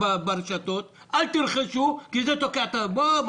ברשתות: "אל תרכשו כי זה תוקע את הרכב".